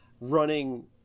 running